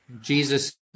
Jesus